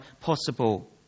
possible